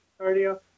cardio